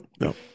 no